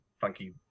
funky